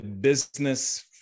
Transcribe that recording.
business